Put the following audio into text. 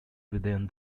within